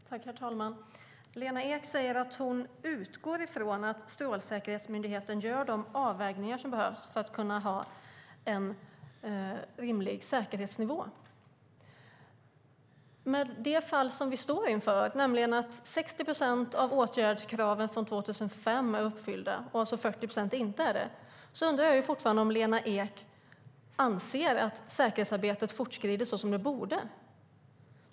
Herr talman! Lena Ek säger att hon utgår från att Strålsäkerhetsmyndigheten gör de avvägningar som behövs för att man ska kunna ha en rimlig säkerhetsnivå. Men det fall som vi står inför, nämligen att 60 procent av åtgärdskraven från 2005 är uppfyllda, och alltså 40 procent inte är det, undrar jag fortfarande om Lena Ek anser att säkerhetsarbetet fortskrider som det borde.